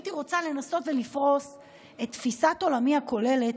הייתי רוצה לנסות ולפרוס את תפיסת עולמי הכוללת,